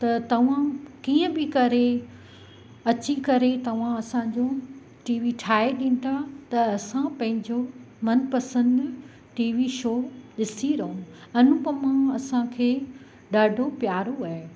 त तव्हां कीअं बि करे अची करे तव्हां असांजो टी वी ठाहे ॾींदा त असां पंहिंजो मनपसंदि टी वी शो ॾिसी रहूं अनुपमा असांखे ॾाढो प्यारो आहे